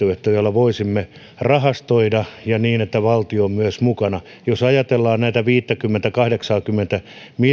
voisimme rahastoida niin että valtio on myös mukana jos ajatellaan näitä viittäkymmentä viiva kahdeksaakymmentä miljoonaa